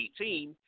2018